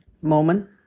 moment